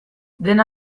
dena